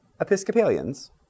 Episcopalians